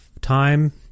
time